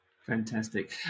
Fantastic